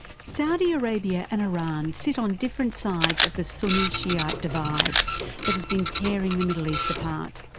saudi arabia and iran sit on different sides of the sunni-shiite divide that has been tearing the middle east apart.